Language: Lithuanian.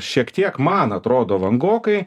šiek tiek man atrodo vangokai